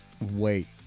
wait